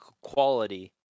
quality